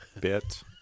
bit